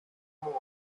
move